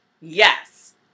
yes